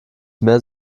mehr